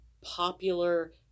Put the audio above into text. popular